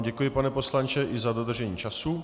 Děkuji vám, pane poslanče, i za dodržení času.